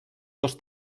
dos